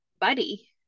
buddy